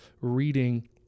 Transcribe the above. reading